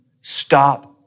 Stop